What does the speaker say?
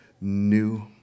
new